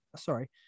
sorry